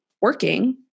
working